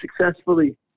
successfully